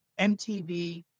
MTV